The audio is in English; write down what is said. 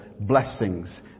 blessings